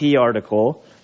article